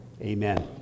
amen